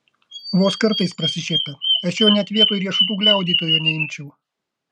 vos kartais prasišiepia aš jo net vietoj riešutų gliaudytojo neimčiau